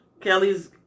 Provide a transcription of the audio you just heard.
Kelly's